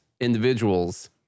individuals